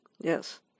Yes